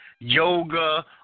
Yoga